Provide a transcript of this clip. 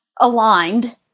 aligned